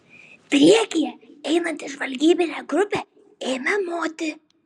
priekyje einanti žvalgybinė grupė ėmė moti